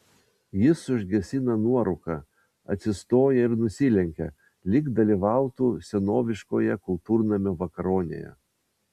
jis užgesina nuorūką atsistoja ir nusilenkia lyg dalyvautų senoviškoje kultūrnamio vakaronėje